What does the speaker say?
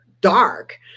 dark